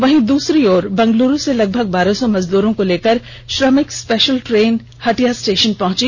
वहीं दूसरी ओर बेंगलुरू से लगभग बारह सौ मजदूरों को लेकर श्रमिक स्पेशल ट्रेन हटिया स्टेशन पहुंची